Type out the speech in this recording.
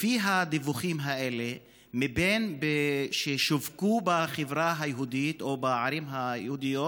לפי הדיווחים האלה שווקו בחברה היהודית או בערים היהודיות